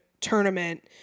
tournament